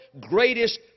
greatest